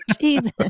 Jesus